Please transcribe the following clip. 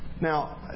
Now